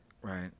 Right